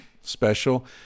special